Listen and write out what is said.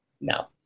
No